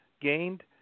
gained